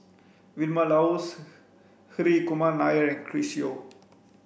Vilma Laus Hri Kumar Nair and Chris Yeo